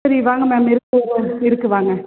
சரி வாங்க மேம் இருக்குது இருக்குது வாங்க